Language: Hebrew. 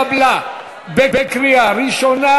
הצעת החוק נתקבלה בקריאה ראשונה,